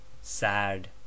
sad